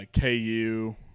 KU